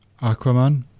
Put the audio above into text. Aquaman